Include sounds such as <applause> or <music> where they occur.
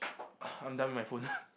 <breath> I'm done with my food